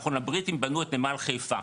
נכון הבריטים בנו את נמל חיפה,